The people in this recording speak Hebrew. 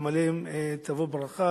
גם עליהן תבוא ברכה,